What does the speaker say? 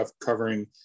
covering